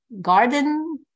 garden